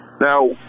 Now